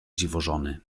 dziwożony